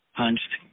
punched